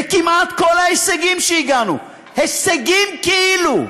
וכמעט כל ההישגים שהגענו אליהם, הישגים כאילו.